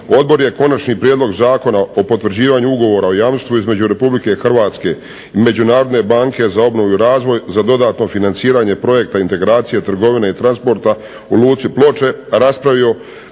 Odbor je Konačni prijedlog Zakona o potvrđivanju Ugovora o jamstvu između Republike Hrvatske i Međunarodne banke za obnovu i razvoj za dodatno financiranje "Projekta integracije trgovine i transporta" u Luci Ploče raspravio